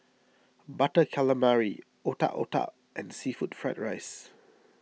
Butter Calamari Otak Otak and Seafood Fried Rice